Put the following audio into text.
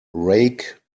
rake